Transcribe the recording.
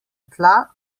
tla